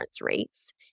rates